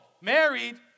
married